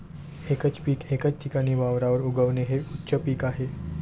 एकच पीक एकाच ठिकाणी वारंवार उगवणे हे उच्च पीक आहे